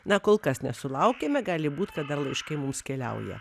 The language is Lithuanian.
na kol kas nesulaukėme gali būt kad dar laiškai mums keliauja